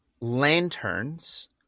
lanterns